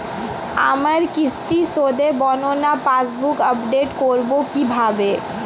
আমার কিস্তি শোধে বর্ণনা পাসবুক আপডেট করব কিভাবে?